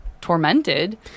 tormented